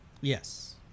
Yes